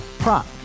Prop